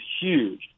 huge